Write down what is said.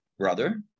brother